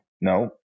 no